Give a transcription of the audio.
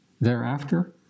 thereafter